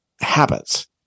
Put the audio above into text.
habits